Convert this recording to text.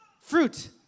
fruit